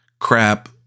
crap